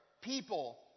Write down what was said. people